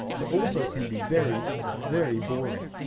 but also can be very very boring.